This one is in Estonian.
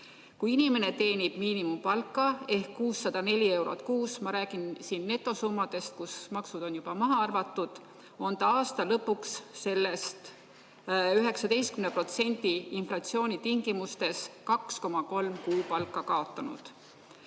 Kui inimene teenib miinimumpalka ehk 604 eurot kuus – ma räägin siin netosummadest, kus maksud on juba maha arvatud –, on ta aasta lõpuks sellest 19% inflatsiooni tingimustes 2,3 kuupalka kaotanud.